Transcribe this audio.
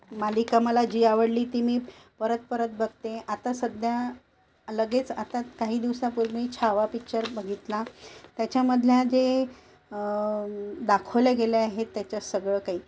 मालिका मला जी आवडली ती मी परत परत बघते आता सध्या लगेच आता काही दिवसापुर मी छावा पिच्चर बघितला त्याच्यामधल्या जे दाखवल्या गेले आहेत त्याच्यात सगळं काही